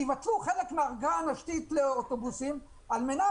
שיבטלו חלק מהאגרה השנתית לאוטובוסים על מנת